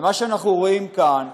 ומה שאנחנו רואים כאן,